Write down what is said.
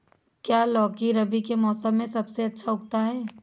क्या लौकी रबी के मौसम में सबसे अच्छा उगता है?